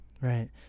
Right